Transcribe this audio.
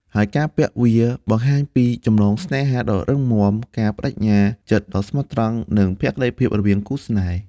ហើយការពាក់វាបង្ហាញពីចំណងស្នេហ៍ដ៏រឹងមាំ ការប្តេជ្ញាចិត្តដ៏ស្មោះត្រង់ និងភក្តីភាពរវាងគូស្នេហ៍។